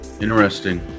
Interesting